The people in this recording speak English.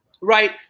Right